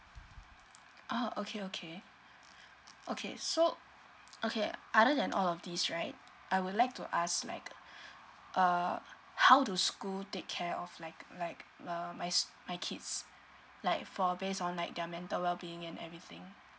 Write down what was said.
oh okay okay okay so okay other than all of these right I would like to ask like uh how do school take care of like like uh my my kids like for based on like their mental well being and everything